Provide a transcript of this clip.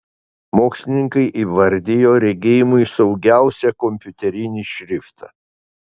mokslininkai įvardijo regėjimui saugiausią kompiuterinį šriftą